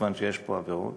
מכיוון שיש פה עבירות,